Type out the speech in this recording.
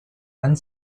and